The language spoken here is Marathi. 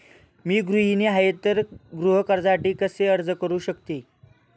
मी गृहिणी आहे तर गृह कर्जासाठी कसे अर्ज करू शकते?